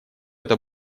это